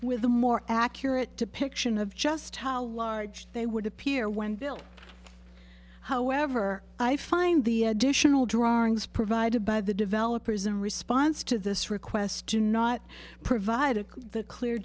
a more accurate depiction of just how large they would appear when built however i find the additional drawings provided by the developers in response to this request do not provide the clear